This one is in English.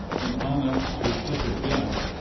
and on up to clipper gap,